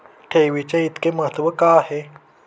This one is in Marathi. ठेवीचे इतके महत्व का आहे?